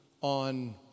on